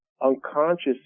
unconscious